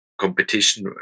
competition